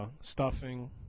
Stuffing